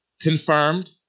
confirmed